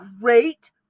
great